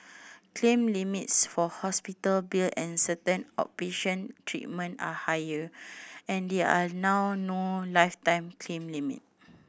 claim limits for hospital bill and certain outpatient treatment are higher and there are now no lifetime claim limit